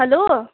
hello